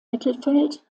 mittelfeld